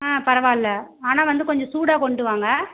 ஆ பரவாயில்ல ஆனால் வந்து கொஞ்சம் சூடாக கொண்டு வாங்க